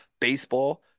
baseball